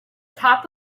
top